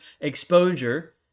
exposure